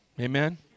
amen